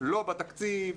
לא בתקציב,